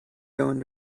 going